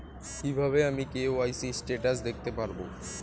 কিভাবে আমি KYC status দেখতে পারবো?